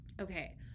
Okay